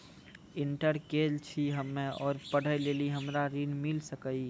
Inter केल छी हम्मे और पढ़े लेली हमरा ऋण मिल सकाई?